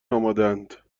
آمادهاند